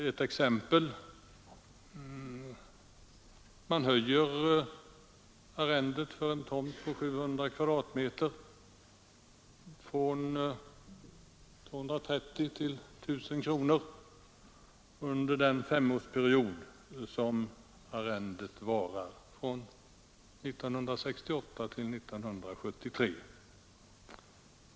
Ett exempel: arrendet för en tomt på 700 kvadratmeter höjs från 230 kronor till 1000 kronor under den femårsperiod som arrendet varar, 1968-1973.